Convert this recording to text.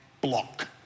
block